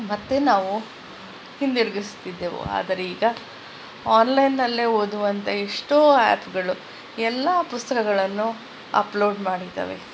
ಮತ್ತೆ ನಾವು ಹಿಂದಿರುಗಿಸ್ತಿದ್ದೆವು ಆದರೆ ಈಗ ಆನ್ಲೈನ್ನಲ್ಲೇ ಓದುವಂಥ ಎಷ್ಟೋ ಆ್ಯಪ್ಗಳು ಎಲ್ಲ ಪುಸ್ತಕಗಳನ್ನು ಅಪ್ಲೋಡ್ ಮಾಡಿದವೆ